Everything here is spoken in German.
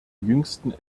jüngsten